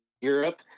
Europe